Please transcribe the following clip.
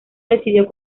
decidió